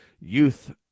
youth